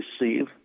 receive